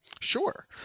sure